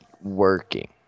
working